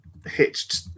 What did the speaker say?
hitched